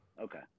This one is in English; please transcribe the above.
Okay